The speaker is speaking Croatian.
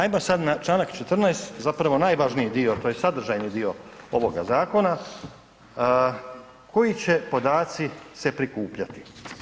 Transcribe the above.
Ajmo sad na čl. 14., zapravo najvažniji dio, to je sadržajni dio ovoga zakona, koji će podaci se prikupljati.